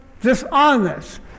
dishonest